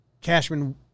Cashman